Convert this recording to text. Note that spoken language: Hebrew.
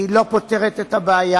היא לא פותרת את הבעיה,